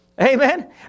Amen